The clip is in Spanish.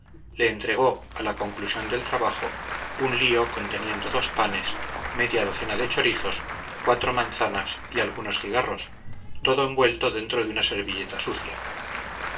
le entregó a la conclusión del trabajo un lío conteniendo dos panes media docena de chorizos cuatro manzanas y algunos cigarros todo envuelto dentro de una servilleta sucia